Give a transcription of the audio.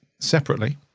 separately